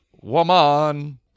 Woman